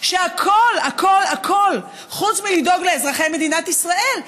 שהוא הכול הכול הכול חוץ מלדאוג לאזרחי מדינת ישראל.